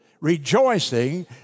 rejoicing